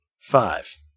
five